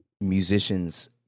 musicians